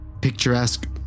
picturesque